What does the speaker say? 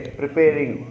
preparing